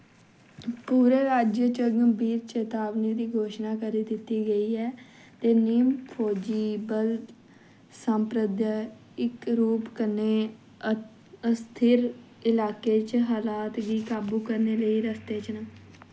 पूरे राज्य च गंभीर चेतावनी दी घोशना करी दित्ती गेई ऐ ते नीम फौजी बल सांप्रदायिक रूप कन्नै अस्थिर इलाकें च हालात गी काबू करने लेई रस्ते च न